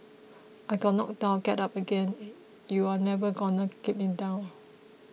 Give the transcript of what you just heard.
I get knocked down get up again you are never gonna keep me down